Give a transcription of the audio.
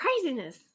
Craziness